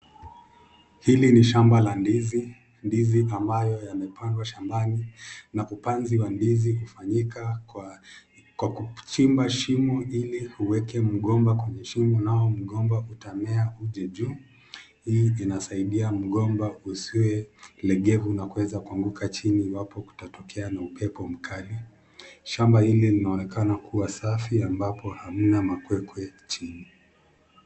Hili ni shamba la ndizi. Ndizi ambayo yamepandwa shambani na upanzi wa ndizi hufanyika kwa kwa kuchimba shimo ili uweke mgomba kwenye shimo nao mgomba utamea uje juu. Hii inasaidia mgomba usiwe legevu na kuweza kuanguka chini iwapo kutatokea na upepo mkali. Shamba hili linaonekana kuwa safi ambapo hamna makwekwe chini.